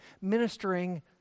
ministering